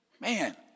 Man